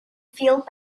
feel